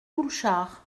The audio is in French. doulchard